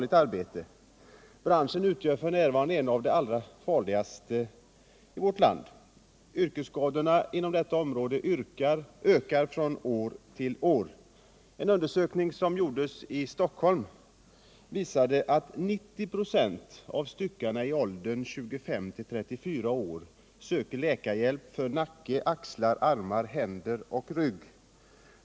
Branschen är f. n. en av de allra farligaste i vårt land. Yrkesskadorna inom denna bransch ökar från år till år. En undersökning som gjorts i Stockholm visar att 90 96 av styckarna i åldern 25-34 år söker läkarhjälp för skador i nacke, axlar, armar, händer och rygg.